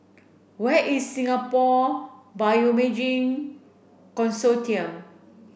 where is Singapore Bioimaging Consortium